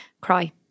Cry